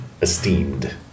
esteemed